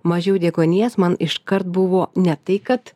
mažiau deguonies man iškart buvo ne tai kad